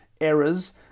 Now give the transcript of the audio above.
errors